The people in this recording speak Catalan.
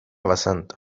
vessant